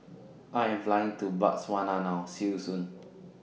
I Am Flying to Botswana now See YOU Soon